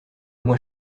moins